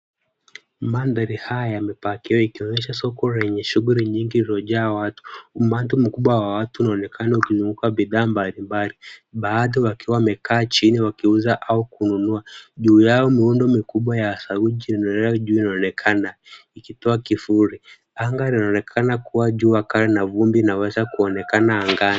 Mandhari haya yamepakiwa ikionyesha soko lenye shughuli nyingi iliyojaa watu. Umati mkubwa wa watu unaonekana ukinunua bidhaa mbalimbali, baadhi wakiwa wamekaa chini wakiuza au kununua. Juu yao miundo mikubwa ya saruji iliyoeneo juu inaonekana ikitoa kivuli. Anga linaonekana kuwa jua kali na vumbi inaweza kuonekana angani.